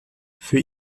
für